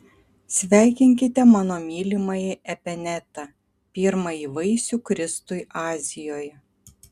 sveikinkite mano mylimąjį epenetą pirmąjį vaisių kristui azijoje